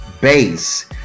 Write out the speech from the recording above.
base